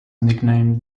nicknamed